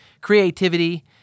creativity